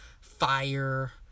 fire